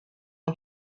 اون